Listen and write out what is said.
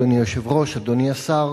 אדוני היושב-ראש, אדוני השר,